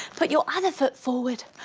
put your other foot forward.